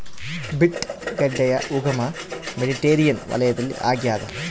beet ಗಡ್ಡೆಯ ಉಗಮ Mediterranean ವಲಯದಲ್ಲಿ ಆಗ್ಯಾದ